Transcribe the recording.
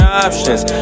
options